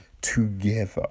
together